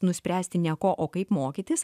nuspręsti ne ko o kaip mokytis